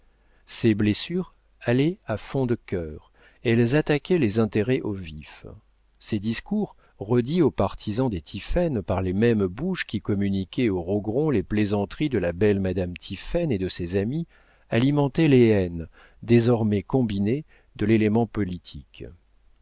ces blessures allaient à fond de cœur elles attaquaient les intérêts au vif ces discours redits aux partisans des tiphaine par les mêmes bouches qui communiquaient aux rogron les plaisanteries de la belle madame tiphaine et de ses amies alimentaient les haines désormais combinées de l'élément politique